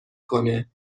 کنه